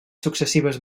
successives